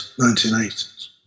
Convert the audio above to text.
1980s